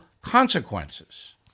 consequences